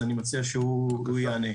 אז אני מציע שהוא יענה.